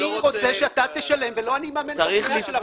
אני רוצה שאתה תשלם, לא שאני אממן את הבנייה.